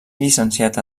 llicenciat